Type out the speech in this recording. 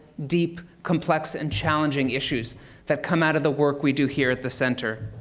deep, complex, and challenging issues that come out of the work we do here at the center.